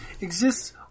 exists